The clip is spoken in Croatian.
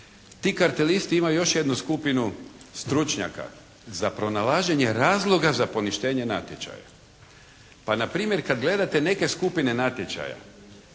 Ti kartelisti imaju još jednu skupinu stručnjaka za pronalaženje razloga za poništenje natječaja. Pa npr. kad gledate neke skupine natječaja